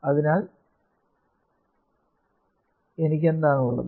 അതിനാൽ എനിക്ക് എന്താണ് ഉള്ളത്